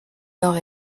nord